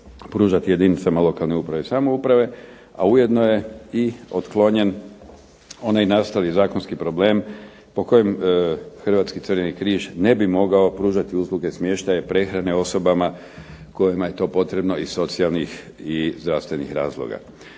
pružati jedinicama lokalne i područne (regionalne) samouprave, a ujedno je otklonjen onaj nastali zakonski problem po kojem Hrvatski crveni križ ne bi mogao pružati usluge smještaja i prehrane osobama kojima je to potrebno iz socijalnih i zdravstvenih razloga.